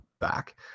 back